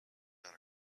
not